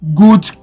good